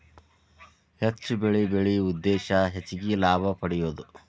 ಹೆಚ್ಚು ಬೆಳಿ ಬೆಳಿಯು ಉದ್ದೇಶಾ ಹೆಚಗಿ ಲಾಭಾ ಪಡಿಯುದು